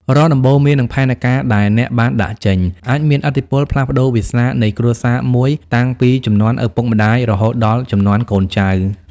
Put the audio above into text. រាល់ដំបូន្មាន និងផែនការដែលអ្នកបានដាក់ចេញ អាចមានឥទ្ធិពលផ្លាស់ប្តូរវាសនានៃគ្រួសារមួយតាំងពីជំនាន់ឪពុកម្ដាយរហូតដល់ជំនាន់កូនចៅ។